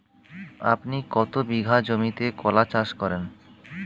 আপনি কত বিঘা জমিতে কলা চাষ করেন?